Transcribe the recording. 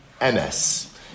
MS